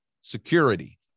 security